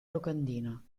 locandina